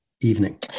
evening